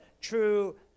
true